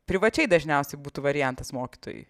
privačiai dažniausiai būtų variantas mokytojui